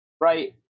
right